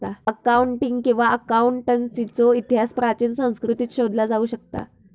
accounting किंवा अकाउंटन्सीचो इतिहास प्राचीन संस्कृतींत शोधला जाऊ शकता